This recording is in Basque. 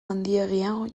handiegian